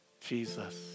Jesus